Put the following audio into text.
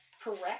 correct